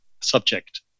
subject